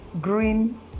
green